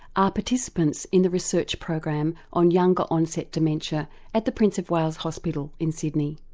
are participants in the research program on younger onset dementia at the prince of wales hospital in sydney.